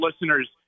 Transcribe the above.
listeners